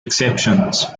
exceptions